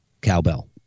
cowbell